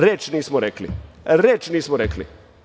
Reč nismo rekli, reč nismo rekli.